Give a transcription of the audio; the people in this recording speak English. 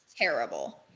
terrible